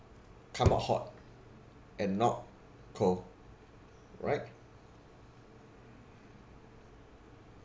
come out hot and not cold right